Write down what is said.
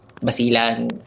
Basilan